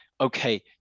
Okay